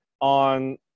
on